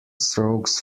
strokes